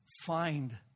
find